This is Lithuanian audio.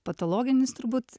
patologinis turbūt